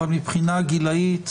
אבל מבחינה גילאית